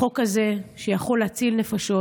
החוק הזה שיכול להציל נפשות,